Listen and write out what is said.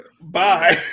bye